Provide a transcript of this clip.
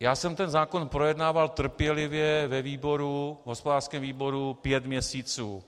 Já jsem ten zákon projednával trpělivě v hospodářském výboru pět měsíců.